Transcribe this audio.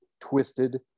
twisted